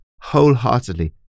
wholeheartedly